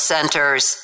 Centers